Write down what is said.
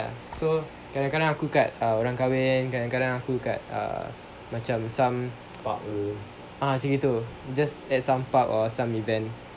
so kadang-kadang aku kat orang kahwin kadang-kadang aku kat macam some ah a'ah macam gitu just at some park or some event